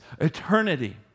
eternity